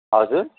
हजुर